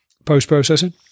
post-processing